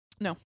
No